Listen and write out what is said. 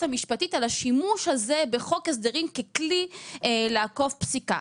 המשפטית על השימוש הזה בחוק הסדרים ככלי לעקוף פסיקה.